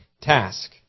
task